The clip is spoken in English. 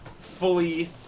fully